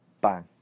Bang